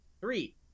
three